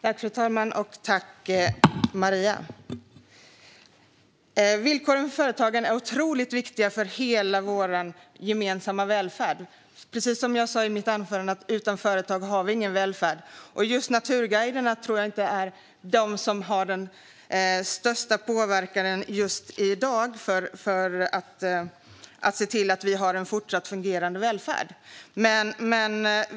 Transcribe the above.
Fru talman! Jag tackar Maria för frågan. Villkoren för företagen är viktiga för hela vår gemensamma välfärd. Som jag sa i mitt anförande: Utan företag har vi ingen välfärd. Naturguiderna har i dag kanske inte den största påverkan när det gäller att se till att Sverige har en fortsatt fungerande välfärd.